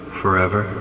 forever